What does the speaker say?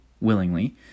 willingly